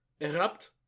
erupt